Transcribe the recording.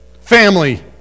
family